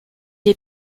est